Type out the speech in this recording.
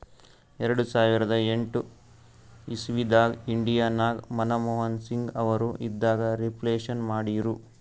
ಎರಡು ಸಾವಿರದ ಎಂಟ್ ಇಸವಿದಾಗ್ ಇಂಡಿಯಾ ನಾಗ್ ಮನಮೋಹನ್ ಸಿಂಗ್ ಅವರು ಇದ್ದಾಗ ರಿಫ್ಲೇಷನ್ ಮಾಡಿರು